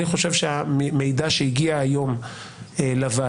אני חושב שהמידע שהגיע היום לוועדה,